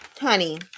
honey